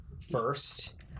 first